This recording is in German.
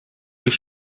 ich